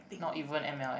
not even M_L_M